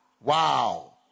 Wow